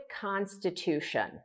constitution